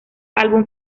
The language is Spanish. álbum